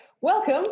Welcome